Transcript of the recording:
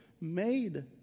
made